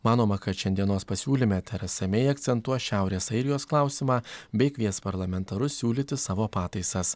manoma kad šiandienos pasiūlyme teresa mei akcentuos šiaurės airijos klausimą bei kvies parlamentarus siūlyti savo pataisas